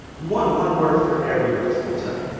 one one word for every lexical type,